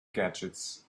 gadgets